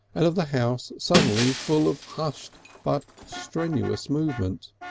and of the house suddenly full of hushed but strenuous movement.